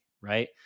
right